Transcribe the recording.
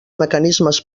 mecanismes